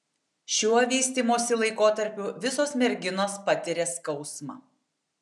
šiuo vystymosi laikotarpiu visos merginos patiria skausmą